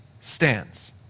stands